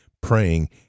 praying